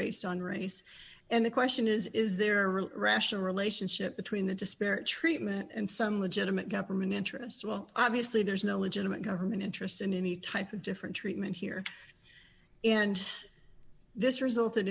based on race and the question is is there really a rational relationship between the disparate treatment and some legitimate government interest well obviously there's no legitimate government interest in any type of different treatment here and this result